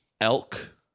Elk